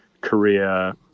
Korea